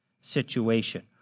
situation